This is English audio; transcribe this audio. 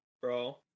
bro